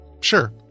sure